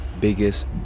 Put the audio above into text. biggest